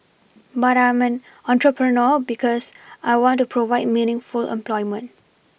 but I'm an entrepreneur because I want to provide meaningful employment